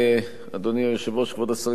כבוד השרים,